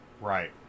Right